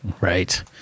Right